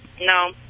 No